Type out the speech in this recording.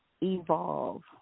evolve